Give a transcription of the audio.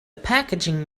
packaging